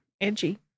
edgy